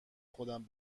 خود